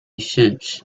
since